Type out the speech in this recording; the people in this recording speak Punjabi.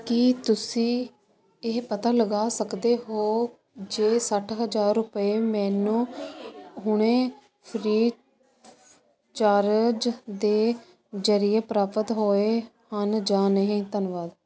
ਕੀ ਤੁਸੀਂਂ ਇਹ ਪਤਾ ਲਗਾ ਸਕਦੇ ਹੋ ਜੇ ਸੱਠ ਹਜ਼ਾਰ ਰੁਪਏ ਮੈਨੂੰ ਹੁਣੇ ਫ੍ਰੀ ਚਾਰਜ ਦੇ ਜ਼ਰੀਏ ਪ੍ਰਾਪਤ ਹੋਏ ਹਨ ਜਾਂ ਨਹੀਂ ਧੰਨਵਾਦ